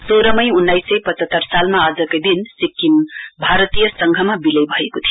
सोह्र मई उन्नाइस सय पचहत्तर सालमा आजकै दिन सिक्किम भारतीय संघमा विलय भएको थियो